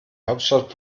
hauptstadt